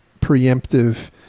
preemptive